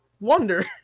wonder